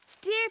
Dear